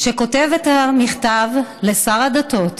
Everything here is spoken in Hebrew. שכותב את המכתב לשר הדתות